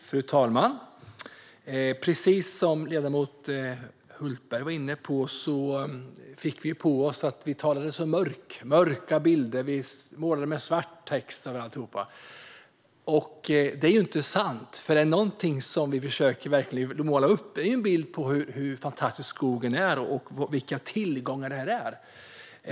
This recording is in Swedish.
Fru talman! Precis som ledamoten Hultberg var inne på fick vi på oss att vi skulle ha talat i mörka bilder och målat med svart text över alltihop. Det är inte sant, för är det någonting som vi verkligen försöker måla upp är det en bild av hur fantastisk skogen är och vilka tillgångar det är fråga om.